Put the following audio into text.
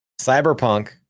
Cyberpunk